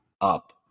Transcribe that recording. up